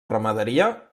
ramaderia